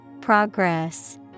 Progress